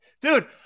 Dude